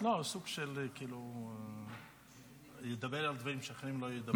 לא, סוג של כאילו ידבר על דברים שאחרים לא ידברו.